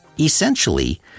Essentially